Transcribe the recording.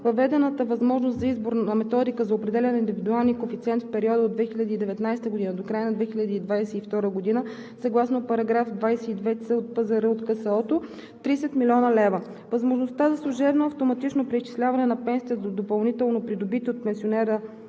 въведената възможност за избор на методика за определяне на индивидуалния коефициент в периода от 2019 г. до края на 2022 г. съгласно § 22ц от ПЗР от КСО – 30,0 млн. лв.; - възможността за служебно автоматично преизчисляване на пенсиите с допълнително придобития от пенсионера